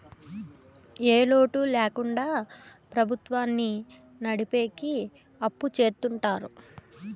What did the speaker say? ఏ లోటు ల్యాకుండా ప్రభుత్వాన్ని నడిపెకి అప్పు చెత్తుంటారు